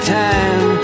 time